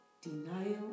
Denial